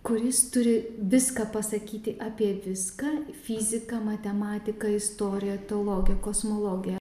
kuris turi viską pasakyti apie viską fizika matematika istorija teologija kosmologija